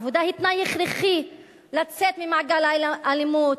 העבודה היא תנאי הכרחי לצאת ממעגל האלימות.